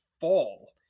fall